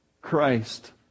Christ